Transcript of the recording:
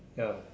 ya